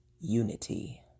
Unity